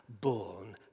born